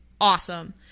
awesome